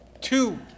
two